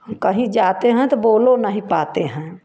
हम कहीं जाते हैं तो बोलो नहीं पाते हैं